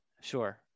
Sure